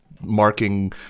marking